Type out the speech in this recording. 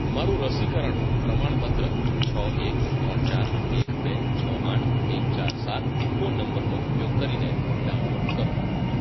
મારુંં રસીકરણ પ્રમાણપત્ર છ એક ત્રણ ચાર એક બે છ આઠ એક ચાર સાત ફોન નંબરનો ઉપયોગ કરીને ડાઉનલોડ કરો